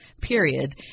period